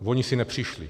Oni si nepřišli.